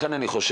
לכן אני חושב